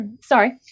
Sorry